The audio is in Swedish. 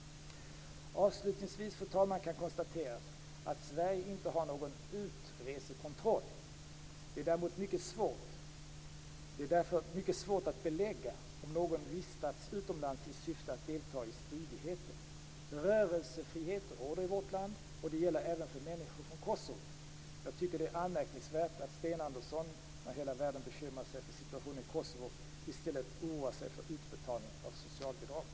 Avslutningsvis kan konstateras att Sverige inte har någon utresekontroll. Det är därmed mycket svårt att belägga om någon vistats utomlands i syfte att delta i stridigheter. Rörelsefrihet råder i vårt land, och det gäller även människor från Kosovo. Jag tycker att det är anmärkningsvärt att Sten Andersson - när hela världen bekymrar sig för situationen i Kosovo - i stället oroar sig för utbetalning av socialbidrag.